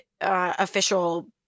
official